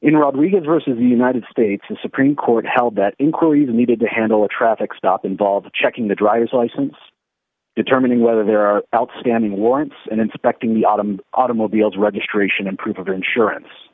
in rodriguez versus the united states supreme court held that inquiries needed to handle a traffic stop involved checking the driver's license determining whether there are outstanding warrants and inspecting the autumn automobiles registration and proof of insurance